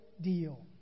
deal